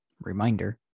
Reminder